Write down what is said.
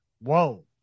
Whoa